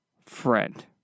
friend